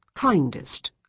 kindest